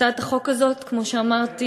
הצעת החוק הזאת, כמו שאמרתי,